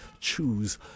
choose